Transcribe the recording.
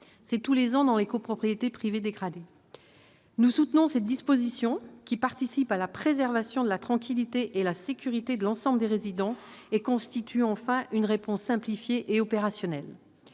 et tous les ans dans les copropriétés privées dégradées. Nous soutenons cette disposition, qui participe à la préservation de la tranquillité et de la sécurité de l'ensemble des résidents et constitue enfin une réponse simplifiée et opérationnelle.